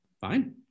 Fine